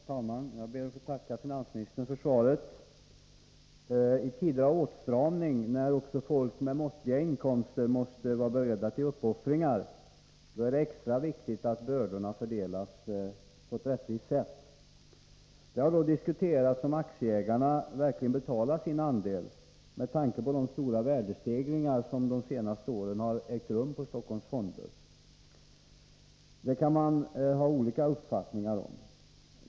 Herr talman! Jag ber att få tacka finansministern för svaret. I tider av åtstramning, när också folk med måttliga inkomster måste vara beredda till uppoffringar, är det extra viktigt att bördorna fördelas på ett rättvist sätt. Det har då diskuterats om aktieägarna verkligen betalar sin andel med tanke på de stora värdestegringar som under de senaste åren skett på Stockholms fondbörs. Det kan man ha olika uppfattningar om.